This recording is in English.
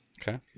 Okay